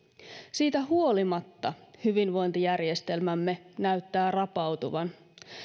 siitä huolimatta hyvinvointijärjestelmämme näyttää rapautuvan